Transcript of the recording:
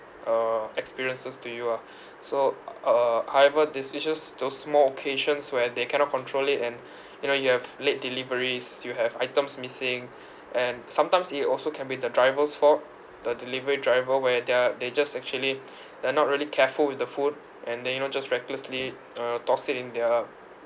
uh experiences to you ah so uh however decisions to small occasions where they cannot control it and you know you have late deliveries you have items missing and sometimes it also can be the driver's fault the delivery driver where they are they just actually they're not really careful with the food and then you know just recklessly uh toss it in their